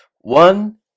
One